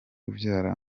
ubyara